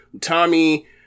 Tommy